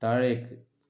താഴേക്ക്